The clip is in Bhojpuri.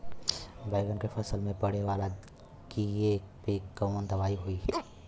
बैगन के फल में पड़े वाला कियेपे कवन दवाई होई?